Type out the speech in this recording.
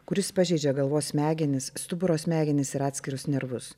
kuris pažeidžia galvos smegenis stuburo smegenis ir atskirus nervus